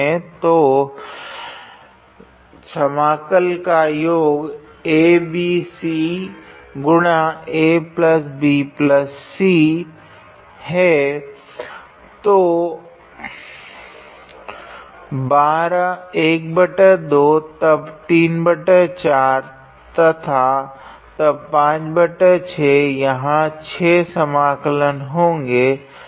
तो तो 12 तब 3 4 तथा तब 56 यहाँ 6 समाकलन होगे